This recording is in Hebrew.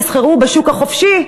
תשכרו בשוק החופשי,